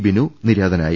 ബിനു നിര്യാതനായി